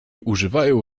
używają